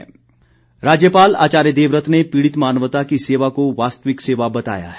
राज्यपाल राज्यपाल आचार्य देवव्रत ने पीड़ित मानवता की सेवा को वास्तविक सेवा बताया है